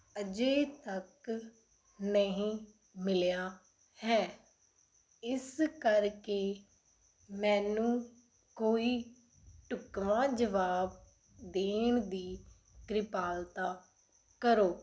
ਅਜੇ ਤੱਕ ਨਹੀਂ ਮਿਲਿਆ ਹੈ ਇਸ ਕਰਕੇ ਮੈਨੂੰ ਕੋਈ ਢੁੱਕਵਾਂ ਜਵਾਬ ਦੇਣ ਦੀ ਕ੍ਰਿਪਾਲਤਾ ਕਰੋ